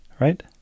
right